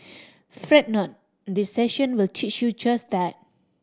fret not this session will teach you just that